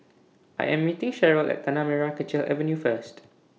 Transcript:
I Am meeting Sheryll At Tanah Merah Kechil Avenue First